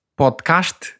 podcast